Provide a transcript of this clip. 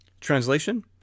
Translation